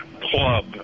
club